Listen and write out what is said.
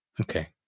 Okay